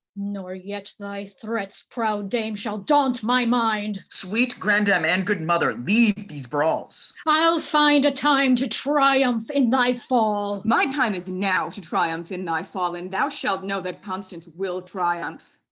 nor yet thy threats, proud dame, shall daunt my mind. sweet grandam, and good mother, leave these brawls. i'll find a time to triumph in thy fall. my time is now to triumph in thy fall, and thou shalt know that constance will triumph.